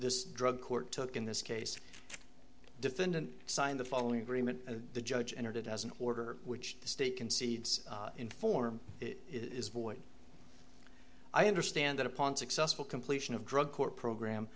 this drug court took in this case the defendant signed the following agreement and the judge entered it as an order which the state concedes inform is void i understand that upon successful completion of drug court program